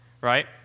Right